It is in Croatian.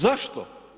Zašto?